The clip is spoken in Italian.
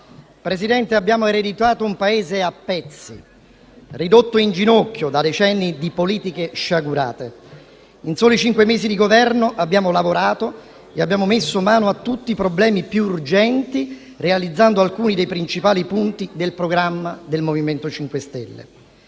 Presidente, abbiamo ereditato un Paese a pezzi, ridotto in ginocchio da decenni di politiche sciagurate. In soli cinque mesi di Governo abbiamo lavorato e abbiamo messo mano a tutti i problemi più urgenti, realizzando alcuni dei principali punti del programma del MoVimento 5 Stelle.